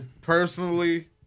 personally